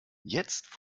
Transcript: jetzt